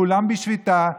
כולם בשביתה,